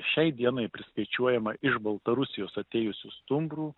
šiai dienai priskaičiuojama iš baltarusijos atėjusių stumbrų